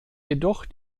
jedoch